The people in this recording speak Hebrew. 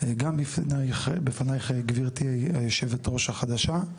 גם בפנייך גבירתי מנהלת הוועדה החדשה,